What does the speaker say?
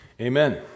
amen